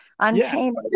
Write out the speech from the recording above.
untamed